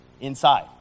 inside